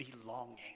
belonging